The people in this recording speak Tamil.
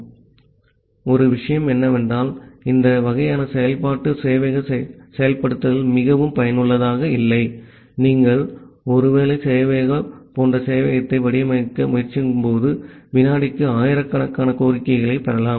ஆகவே ஒரு விஷயம் என்னவென்றால் இந்த வகையான செயல்பாட்டு சேவையக செயல்படுத்தல் மிகவும் பயனுள்ளதாக இல்லை நீங்கள் ஒரு வலை சேவையகம் போன்ற சேவையகத்தை வடிவமைக்க முயற்சிக்கும்போது வினாடிக்கு ஆயிரக்கணக்கான கோரிக்கைகளைப் பெறலாம்